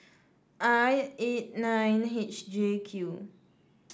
I eight nine H J Q